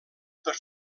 per